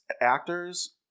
actors